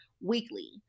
weekly